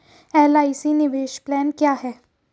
LIC निवेश plan क्या है?